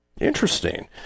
Interesting